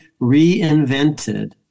reinvented